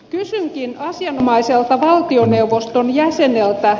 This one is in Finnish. kysynkin asianomaiselta valtioneuvoston jäseneltä